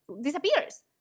disappears